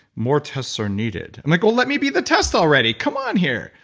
more tests are needed. i'm like, well, let me be the test already. come on, here.